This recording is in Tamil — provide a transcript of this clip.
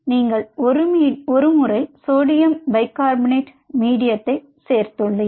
நீங்கள் ஒருமுறை சோடியம் பைகார்ப் மீடியத்தை சேர்த்துள்ளீர்கள்